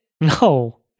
No